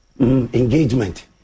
engagement